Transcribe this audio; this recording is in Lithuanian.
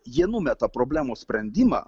jie numeta problemos sprendimą